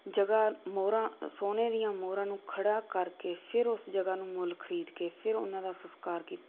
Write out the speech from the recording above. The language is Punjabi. ਜਗ੍ਹਾ ਮੋਹਰਾਂ ਸੋਨੇ ਦੀਆਂ ਮੋਹਰਾਂ ਨੂੰ ਖੜ੍ਹਾ ਕਰਕੇ ਫਿਰ ਉਸ ਜਗ੍ਹਾ ਨੂੰ ਮੁੱਲ ਖਰੀਦ ਕੇ ਫਿਰ ਉਹਨਾਂ ਦਾ ਸਸਕਾਰ ਕੀ